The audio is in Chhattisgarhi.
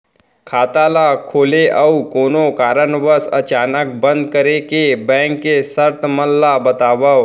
खाता ला खोले अऊ कोनो कारनवश अचानक बंद करे के, बैंक के शर्त मन ला बतावव